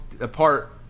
apart